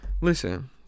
Listen